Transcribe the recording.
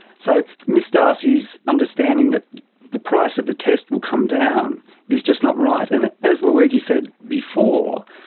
so miss d'arcy's understanding that the price of the test will come down is just not right. and as luigi said before,